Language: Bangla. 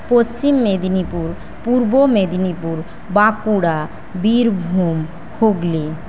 পশ্চিম মেদিনীপুর পূর্ব মেদিনীপুর বাঁকুড়া বীরভূম হুগলি